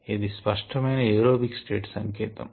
ఇది స్పష్టమైన aerobic state సంకేతం